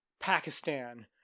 Pakistan